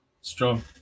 Strong